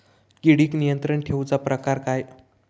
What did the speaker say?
किडिक नियंत्रण ठेवुचा प्रकार काय?